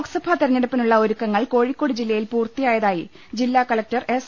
ലോക്സഭ തെരഞ്ഞടുപ്പിനുളള ഒരുക്കങ്ങൾ കോഴിക്കോട് ജില്ലയിൽ പൂർത്തിയായതായി ജില്ലാ കലക്ടർ എസ്